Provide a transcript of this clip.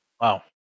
Wow